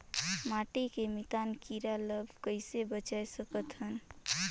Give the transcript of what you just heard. माटी के मितान कीरा ल कइसे बचाय सकत हन?